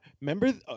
Remember